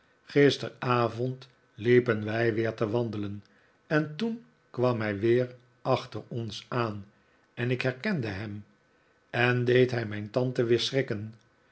gisteravond liepen wij weer te wandelen en toen kwam hij weer achter ons aan en ik herkende hem en deed hij mijn tante weer schrikken